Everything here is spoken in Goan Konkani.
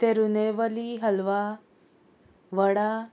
तेरुनेवली हलवा वडा